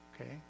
Okay